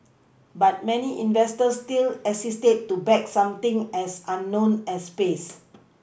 but many investors still hesitate to back something as unknown as space